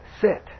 sit